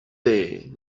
day